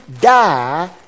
die